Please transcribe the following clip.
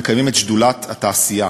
אנחנו מקיימים את ישיבת שדולת התעשייה,